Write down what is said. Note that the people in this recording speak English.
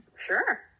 Sure